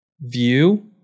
view